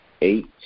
eight